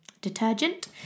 detergent